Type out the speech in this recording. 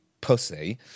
pussy